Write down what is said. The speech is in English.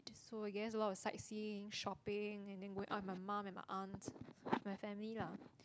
so I guess a lot of sightseeing shopping and then going out with my mom and my aunt my family lah